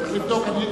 צריך לבדוק.